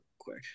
quick